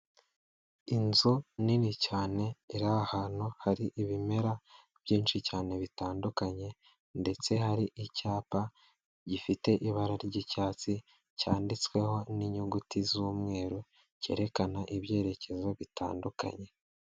Inzu nini cyane iri ahantu hari ibimera byinshi cyane bitandukanye ndetse hari icyapa gifite ibara ry'icyatsi cyanditsweho n'inyuguti z'umweru, cyerekana ibyerekezo bitandukanye.